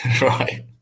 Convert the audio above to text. Right